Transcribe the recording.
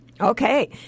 Okay